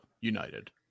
United